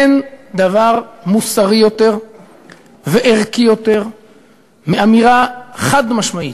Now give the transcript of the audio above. אין דבר מוסרי יותר וערכי יותר מאמירה חד-משמעית: